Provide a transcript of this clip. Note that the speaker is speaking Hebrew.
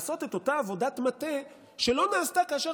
לעשות את אותה עבודת מטה שלא נעשתה כאשר